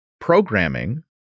programming